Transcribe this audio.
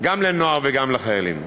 גם לנוער וגם לחיילים.